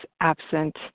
absent